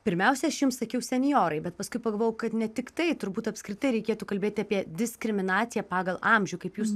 pirmiausia aš jum sakiau senjorai bet paskui pagalvojau kad ne tiktai turbūt apskritai reikėtų kalbėti apie diskriminaciją pagal amžių kaip jūs